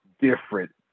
different